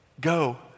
Go